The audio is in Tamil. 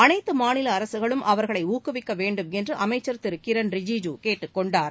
அனைத்து மாநில அரசுகளும் அவர்களை ஊக்குவிக்க வேண்டும் என்று அமைச்சர் திரு கிரண்ரிஜுஜு கேட்டுக்கொண்டார்